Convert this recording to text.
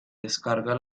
descarga